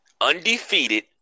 undefeated